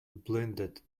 blinded